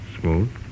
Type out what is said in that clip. smooth